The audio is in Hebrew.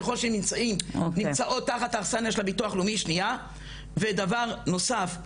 ככול שהם נמצאות תחת הגג של הביטוח לאומי ודבר נוסף,